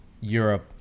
Europe